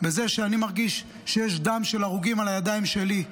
בזה שאני מרגיש שיש דם של הרוגים על הידיים שלי.